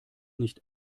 nicht